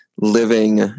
living